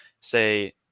say